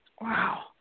Wow